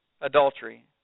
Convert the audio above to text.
adultery